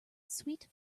sweet